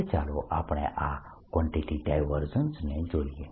હવે ચાલો આપણે આ કવાન્ટીટીના ડાયવર્જન્સને જોઈએ